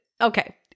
okay